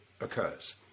occurs